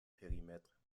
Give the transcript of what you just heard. périmètre